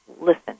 listen